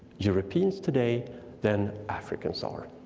europeans today then africans ah are.